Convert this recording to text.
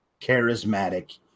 charismatic